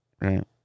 Right